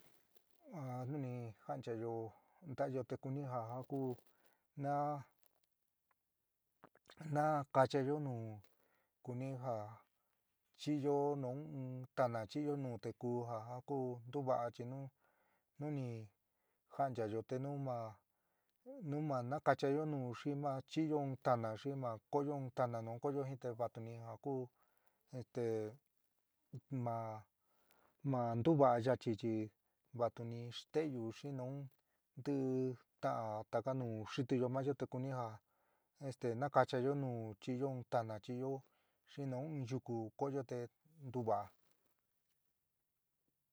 A nu ni ja'anchayo ntáyo te kuni ja jakú na nakaáchayo nu kuni jaá chi'iyo nu in tana chi'iyo nu te ku ja ja kuú ntuva'a chi nu nuni ja'anchayo te nu ma nu ma nakachayó nu xi ma chi'iyo in tana xi ma ko'oyo in tana nu kooyo jin te vatu ni ja ku este ma ma ntuva'a yachi chi vatuni ste'eyu xi nuun tii tan taka nu xitiyó maáyo te kuni ja nakachayó nu chiɨɨyo in tana chiyo nu in yuku ko'oyo te ntuvaa.